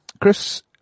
Chris